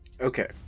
Okay